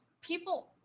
people